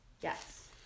yes